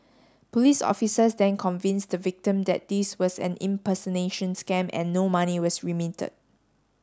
police officers then convinced the victim that this was an impersonation scam and no money was remitted